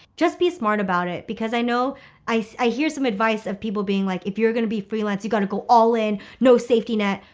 just be smart about it because i know i hear some advice of people being like, if you're going to be freelance, you're going to go all in, no safety net.